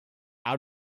out